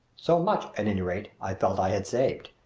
so much, at any rate, i felt i had saved!